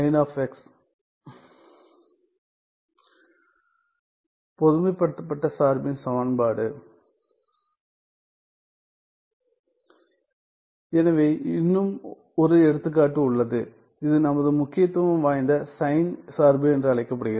sgn பொதுமைப்படுத்தப்பட்டசார்பின் சமன்பாடு எனவே இன்னும் ஒரு எடுத்துக்காட்டு உள்ளது இது நமது முக்கியத்துவம் வாய்ந்த சைன் சார்பு என்று அழைக்கப்படுகிறது